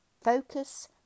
focus